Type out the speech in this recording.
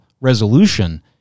resolution